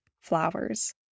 flowers